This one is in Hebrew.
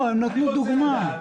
לא, הם הציגו דוגמה.